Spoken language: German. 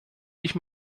ich